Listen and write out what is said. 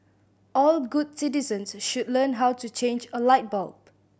all good citizens should learn how to change a light bulb